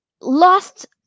lost